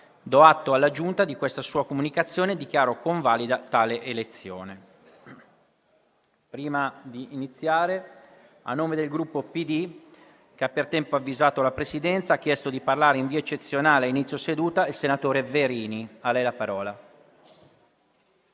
Do atto alla Giunta di questa sua comunicazione e dichiaro convalidata tale elezione.